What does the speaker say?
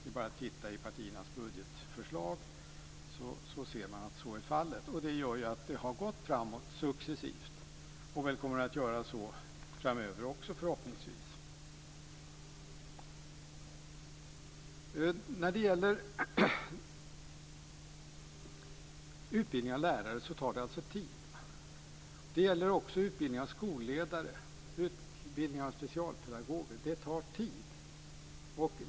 Det är bara att titta i partiernas budgetförslag så ser man att så är fallet. Det gör att det har gått framåt successivt, och förhoppningsvis kommer att göra det framöver. Utbildning av lärare tar tid. Det gäller också utbildning av skolledare och utbildning av specialpedagoger.